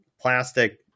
plastic